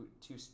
two